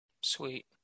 sweet